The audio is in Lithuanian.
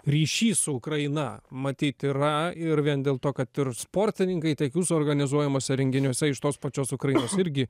ryšys su ukraina matyt yra ir vien dėl to kad ir sportininkai tiek jūsų organizuojamuose renginiuose iš tos pačios ukrainos irgi